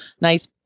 nice